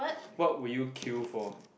what would you queue for